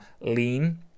lean